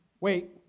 wait